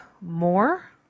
more